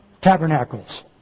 Tabernacles